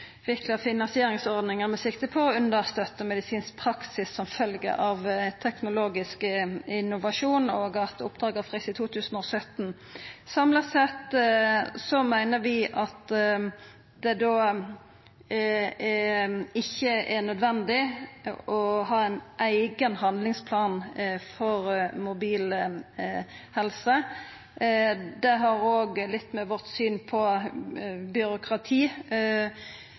2017. Samla sett meiner vi at det da ikkje er nødvendig å ha ein eigen handlingsplan for mobil helse. Det har òg litt med vårt syn på byråkrati